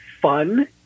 fun